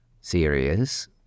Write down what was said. serious